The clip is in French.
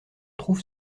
trouve